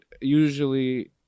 usually